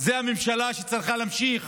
זו הממשלה שצריכה להמשיך